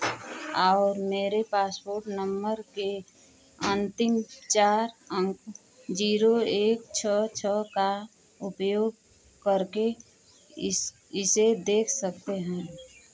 आओर मेरे passport number के अन्तिम चार अंक ज़ीरो एक छः छः का उपयोग करके इस् इसे देख सकते हैं